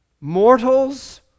Mortals